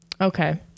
okay